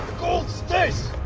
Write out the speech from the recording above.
gold stays!